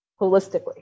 holistically